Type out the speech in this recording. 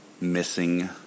missing